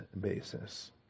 basis